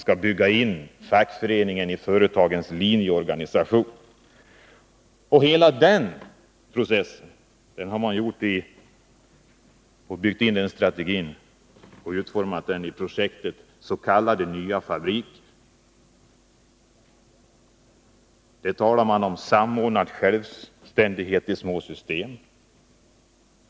Fackföreningen skall byggas in i företagens linjeorganisation. SAF:s strategi finns sammanfattad i projektet ”Nya fabriker”. Det talas om ”samordnad självständighet i små system”.